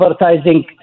advertising